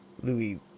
Louis